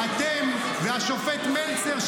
אתם והשופט מלצר,